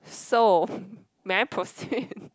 so may I proceed